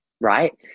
right